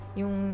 yung